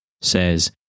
says